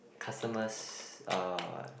customers uh